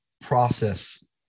process